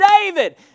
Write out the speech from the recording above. David